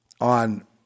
On